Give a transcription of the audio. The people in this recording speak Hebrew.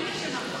אני אשמה.